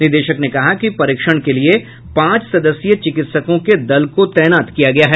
निदेशक ने कहा कि परिक्षण के लिये पांच सदस्यीय चिकित्सकों के दल को तैनात किया गया है